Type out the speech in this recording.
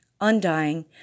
undying